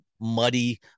muddy